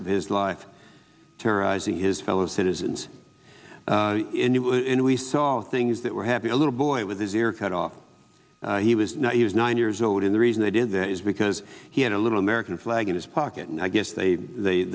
of his life terrorizing his fellow citizens and we saw things that were happy a little boy with his ear cut off he was no use nine years old and the reason they did that is because he had a little american flag in his pocket and i guess they